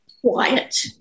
quiet